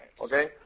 Okay